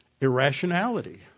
Irrationality